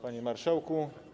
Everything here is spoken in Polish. Panie Marszałku!